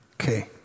Okay